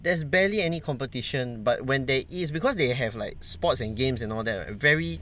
there's barely any competition but when there is because they have like sports and games and all that right very